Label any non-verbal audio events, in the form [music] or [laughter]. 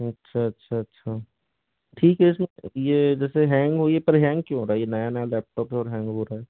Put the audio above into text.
अच्छा अच्छा अच्छा ठीक है [unintelligible] ये जैसे हैंग हुई पर हैंग क्यों हो रहा है ये नया नया लैपटॉप है और हैंग हो रहा है